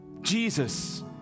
Jesus